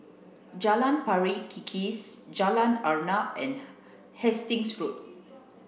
Jalan Pari Kikis Jalan Arnap and Hastings Road